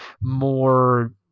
more